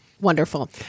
Wonderful